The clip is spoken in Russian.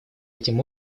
этим